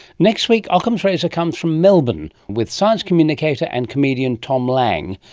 next week, ockham's razor comes from melbourne, with science communicator and comedian tom lang,